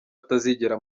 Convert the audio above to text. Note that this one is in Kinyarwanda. atazigera